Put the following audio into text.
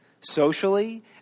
socially